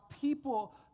people